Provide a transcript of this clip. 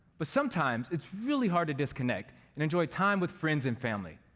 but sometimes it's really hard to disconnect and enjoy time with friends and family.